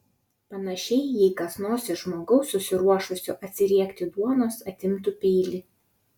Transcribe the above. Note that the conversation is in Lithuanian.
panašiai jei kas nors iš žmogaus susiruošusio atsiriekti duonos atimtų peilį